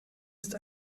ist